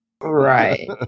Right